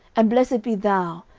and blessed be thou,